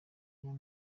niyo